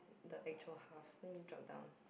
the actual half then you drop down